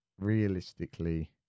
realistically